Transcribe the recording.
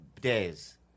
days